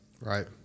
Right